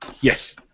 Yes